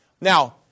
Now